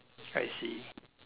I see